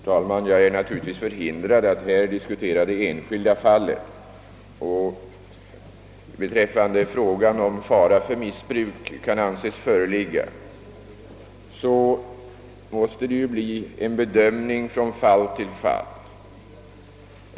Herr talman! Jag är naturligtvis förhindrad att här diskutera det enskilda fallet, men jag utgår från att det var fråga om en s.k. särskild permission under bevakning eller motsvarande. Olyckor kan man aldrig förebygga. Vad beträffar frågan huruvida fara för missbruk kan anses föreligga måste det ju bli en bedömning från fall till fall.